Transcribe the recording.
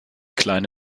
kleine